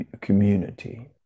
community